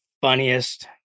funniest